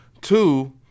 Two